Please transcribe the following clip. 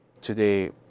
Today